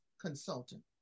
consultant